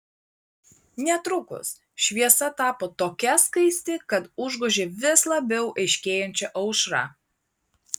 netrukus šviesa tapo tokia skaisti kad užgožė vis labiau aiškėjančią aušrą